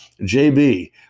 JB